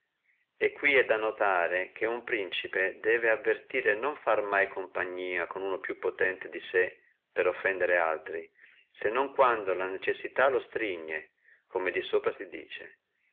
e qui è da notare che uno principe debbe avvertire di non fare mai compagnia con uno più potente di sé per offendere altri se non quando la necessità lo stringe come di sopra si dice